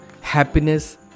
happiness